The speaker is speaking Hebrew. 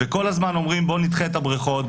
כל הזמן אומרים: בואו נדחה את הבריכות,